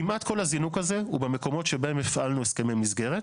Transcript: כמעט כל הזינוק הזה הוא במקומות שבהם הפעלנו הסכמי מסגרת.